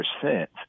percent